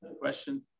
Question